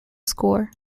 score